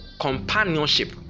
companionship